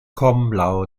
kommen